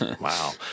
Wow